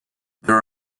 there